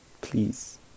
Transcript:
Please